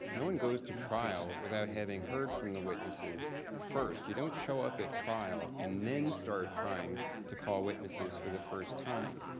noah goes to trial without having heard from the witnesses first. you don't show up at trial and then start trying to call witnesses for the first time.